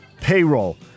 payroll